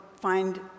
find